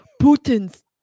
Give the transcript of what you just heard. Putin's